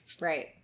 Right